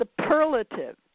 superlative